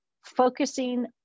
focusing